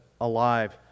alive